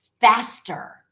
faster